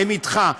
הם אתך.